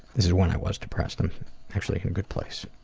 this is when i was depressed, i'm actually in a good place.